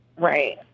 Right